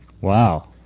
Wow